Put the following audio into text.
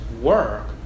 work